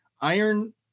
Iron